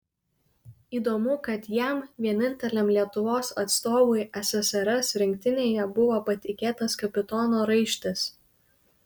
įdomu kad jam vieninteliam lietuvos atstovui ssrs rinktinėje buvo patikėtas kapitono raištis